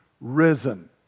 risen